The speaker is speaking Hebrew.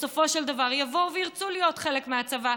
בסופו של דבר יבואו וירצו להיות חלק מהצבא,